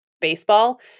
baseball